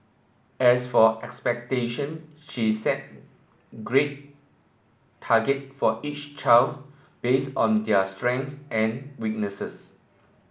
as for expectation she set grade target for each child based on their strengths and weaknesses